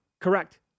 Correct